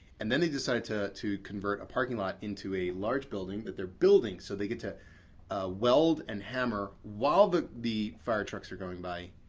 and then they decided to to convert a parking lot into a large building that they're building, so they get to weld and hammer hammer while the the fire trucks are going by,